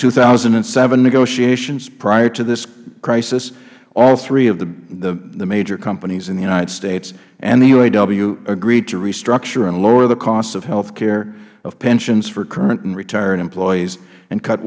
two thousand and seven negotiations prior to this crisis all three of the major companies in the united states and the uaw agreed to restructure and lower the costs of health care of pensions for current and retired employees and cut